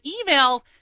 email